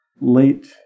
late